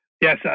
yes